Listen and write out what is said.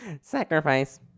Sacrifice